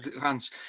Hans